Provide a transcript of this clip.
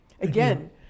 Again